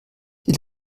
die